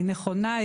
היא נכונה,